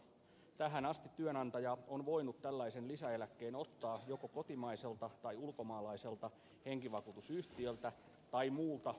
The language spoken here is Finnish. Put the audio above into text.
tähän asti työnantaja on voinut tällaisen lisäeläkkeen ottaa joko kotimaiselta tai ulkomaiselta henkivakuutusyhtiöltä tai muulta ulkomaiselta toimijalta